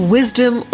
Wisdom